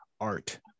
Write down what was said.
art